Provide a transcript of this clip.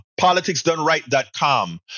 politicsdoneright.com